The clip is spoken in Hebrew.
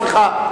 סליחה.